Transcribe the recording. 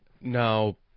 Now